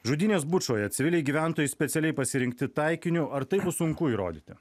žudynės bučoje civiliai gyventojai specialiai pasirinkti taikiniu ar tai bus sunku įrodyti